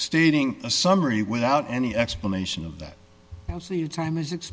stating a summary without any explanation of that now so your time is